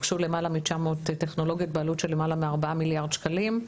הוגשו למעלה מ-900 טכנולוגיות בעלות של למעלה מ-4 מיליארד שקלים.